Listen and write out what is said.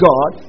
God